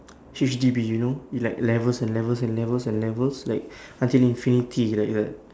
H_D_B you know it like levels and levels and levels and levels like until infinity like like